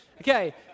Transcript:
Okay